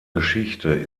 geschichte